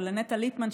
ולנטע ליפמן,